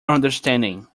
understanding